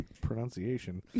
pronunciation